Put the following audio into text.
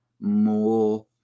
more